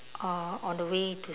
uh on the way to